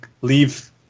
leave